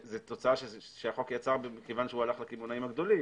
זה תוצאה שהחוק יצר מכיוון שהוא הלך לקמעונאים הגדולים,